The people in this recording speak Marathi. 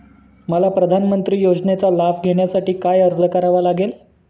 मला प्रधानमंत्री योजनेचा लाभ घेण्यासाठी काय अर्ज करावा लागेल?